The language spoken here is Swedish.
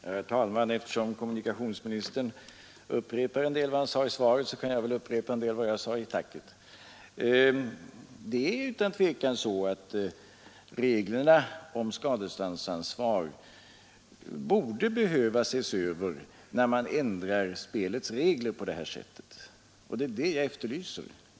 Herr talman! Eftersom kommunikationsministern upprepar en del av vad han sade i svaret så kan jag väl upprepa en del av vad jag sade i tacket. Det är utan tvivel så, att reglerna om skadeståndsansvar skulle behöva ses över när man ändrar spelets regler på det här sättet, och det är det jag efterlyser.